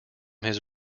his